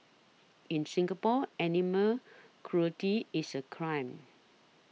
in Singapore animal cruelty is a crime